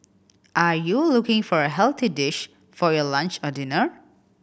are you looking for a healthy dish for your lunch or dinner